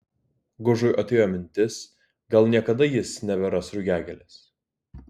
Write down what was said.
gužui atėjo mintis gal niekada jis neberas rugiagėlės